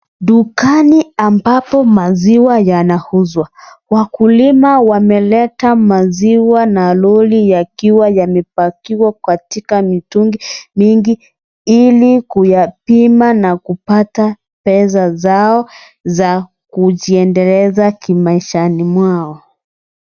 Dukani ambapo maziwa yanauzwa. Wakulima wameleta maziwa na lori yakiwa yamepakiwa katika mitungi mingi ili kuyapima na kupata pesa zao za kujiendeleza kimaishani mwao.